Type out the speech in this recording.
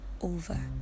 over